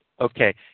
Okay